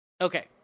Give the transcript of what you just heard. Okay